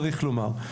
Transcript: צריך לומר,